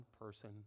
person